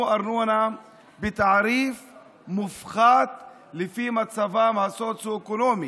ארנונה בתעריף מופחת לפי מצבם הסוציו-אקונומי.